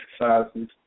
exercises